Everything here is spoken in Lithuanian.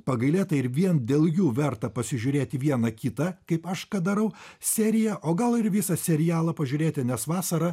pagailėta ir vien dėl jų verta pasižiūrėti vieną kitą kaip aš ką darau seriją o gal ir visą serialą pažiūrėti nes vasarą